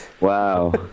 Wow